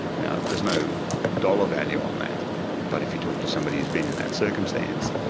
now, there is no dollar value on that but if you talk to somebody who's been in that circumstance,